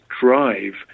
drive